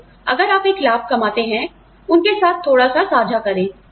तो अगर आप एक लाभ कमाते हैं उनके साथ थोड़ा सा साझा करें